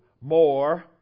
more